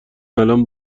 الان